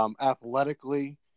Athletically